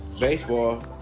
baseball